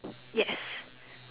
yes